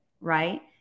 right